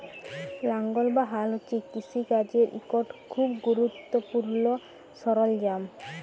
লাঙ্গল বা হাল হছে কিষিকাজের ইকট খুব গুরুত্তপুর্ল সরল্জাম